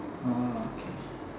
orh okay